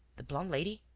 the blonde lady.